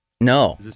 No